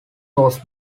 was